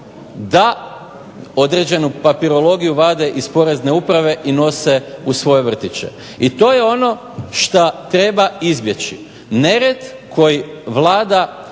da određenu papirologiju vade iz porezne uprave i nose u svoje vrtiće. I to je ono što treba izbjeći, nered koji vlada